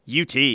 UT